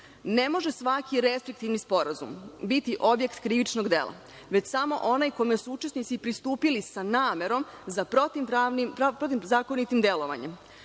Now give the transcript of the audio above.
Ne može svaki restriktivni sporazum biti objekt krivičnog dela, već samo onaj u kome su učesnici pristupili sa namerom za protivzakonitim delovanjem.